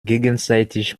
gegenseitig